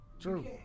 True